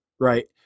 right